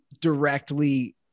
directly